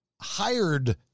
hired